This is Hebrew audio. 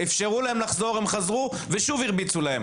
אפשרו להן לחזור והן חזרו ושוב הרביצו לילדים.